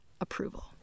approval